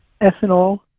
ethanol